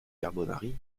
carbonari